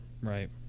right